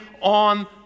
on